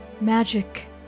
Magic